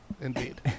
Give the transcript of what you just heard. indeed